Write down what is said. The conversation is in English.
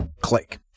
click